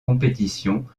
compétitions